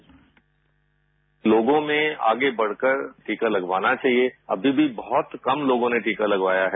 bite लोगों में आगे बढ़कर टीका लगवाना चाहिए अभी भी बहुत कम लोगों ने टीका लगवाया है